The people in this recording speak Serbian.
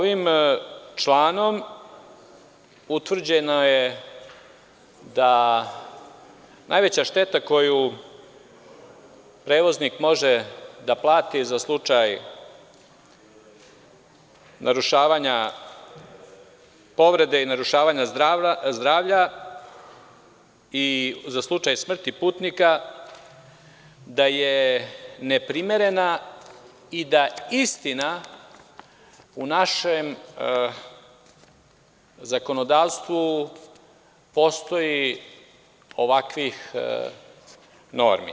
Ovim članom utvrđeno je da najveća šteta koju prevoznik može da plati za slučaj narušavanja povrede i narušavanja zdravlja i za slučaj smrti putnika, da je neprimerena i da istina u našem zakonodavstvu postoji ovakvih normi.